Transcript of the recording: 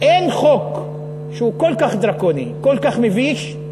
אין חוק שהוא כל כך דרקוני, כל כך מביש,